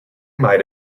might